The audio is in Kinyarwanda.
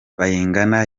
bayingana